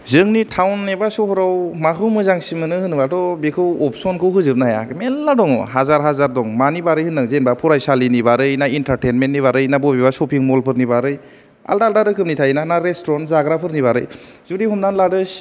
जोंनि टाउन एबा सहराव माखौ मोजांसिन मोनो होनोबाथ' बेखौ अबसनखौ फोजोबनो हाया मेल्ला दं हाजार हाजार दं मानि बारै होननो जेनावबा फरायसालिनि बारै ना इन्टारतेनमेननि बारै ना बबेबा शफिं मलफोरनि बारै आलदा आलदा रोखोमनि थायोनाना ना रेस्थुरेत जाग्राफोरनि बारै जुदि हमनानै लादो